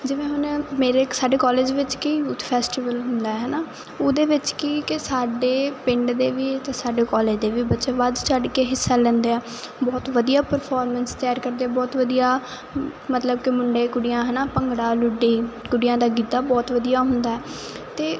ਜਿਵੇਂ ਹੁਣ ਮੇਰੇ ਸਾਡੇ ਕਾਲਜ ਵਿੱਚ ਕੀ ਕੁਝ ਫੈਸਟੀਵਲ ਹੁੰਦਾ ਹੈਨਾ ਉਹਦੇ ਵਿੱਚ ਕੀ ਕਿ ਸਾਡੇ ਪਿੰਡ ਦੇ ਵੀ ਸਾਡੇ ਕਾਲਜ ਵੀ ਬੱਚੇ ਵੱਧ ਚੜ ਕੇ ਹਿੱਸਾ ਲੈਂਦੇ ਆ ਬਹੁਤ ਵਧੀਆ ਪਰਫੋਰਮੈਂਸ ਤਿਆਰ ਕਰਦੇ ਬਹੁਤ ਵਧੀਆ ਮਤਲਬ ਕਿ ਮੁੰਡੇ ਕੁੜੀਆਂ ਹਨਾ ਭੰਗੜਾ ਲੁੱਟੀ ਕੁੜੀਆਂ ਦਾ ਗਿਧਾ ਬਹੁਤ ਵਧੀਆ ਹੁੰਦਾ ਤੇ